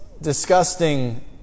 disgusting